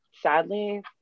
sadly